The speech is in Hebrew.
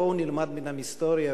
בואו נלמד מההיסטוריה,